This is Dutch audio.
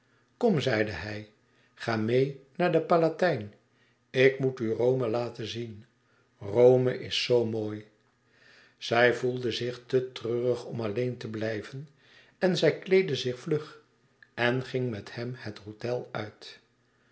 kom zeide hij ga meê naar den palatijn ik moet u rome laten zien rome is zoo mooi zij voelde zich te treurig om alleen te blijven en zij kleedde zich vlug en ging met hem het hôtel uit